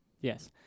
Yes